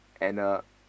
and a